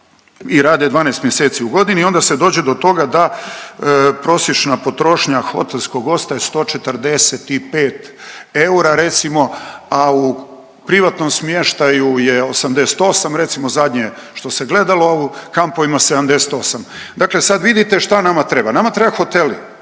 i rade 12 mjeseci u godini i onda se dođe to toga da prosječna potrošnja hotelskog ostaje 145 eura, a u privatnom smještaju je 88, recimo zadnje što se gledalo, a u kampovima 78. Dakle, sad vidite šta nama treba, nama treba hoteli,